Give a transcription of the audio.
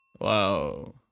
Wow